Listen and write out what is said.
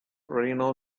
reno